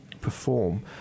perform